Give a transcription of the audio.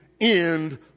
end